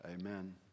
Amen